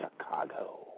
Chicago